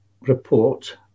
report